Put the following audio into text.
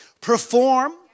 perform